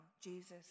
Jesus